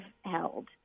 held